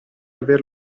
aver